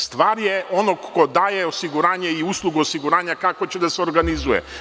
Stvar je onog ko daje osiguranje i uslugu osiguranja kako će da se organizuje.